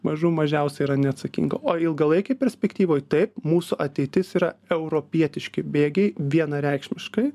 mažų mažiausia yra neatsakinga o ilgalaikėj perspektyvoj taip mūsų ateitis yra europietiški bėgiai vienareikšmiškai